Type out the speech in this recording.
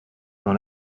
dans